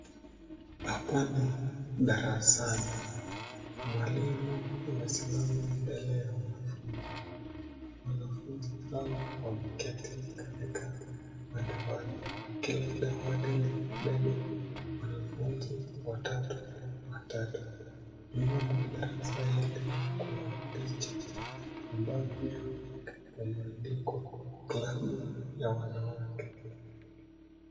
Hapa ni darasani mwalimu amesimama mbele ya wanafunzi wanafunzi hawa wameketi madawati wkikaa wanafunzi watu watu.